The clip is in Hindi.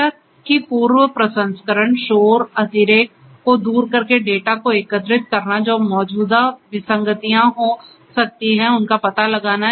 डेटा की पूर्व प्रसंस्करण शोर अतिरेक को दूर करके डेटा को एकत्रित करना जो मौजूदा विसंगतियां हो सकती हैं उनका पता लगाना